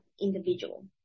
individual